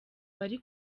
bari